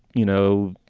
you know,